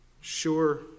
sure